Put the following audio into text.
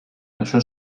això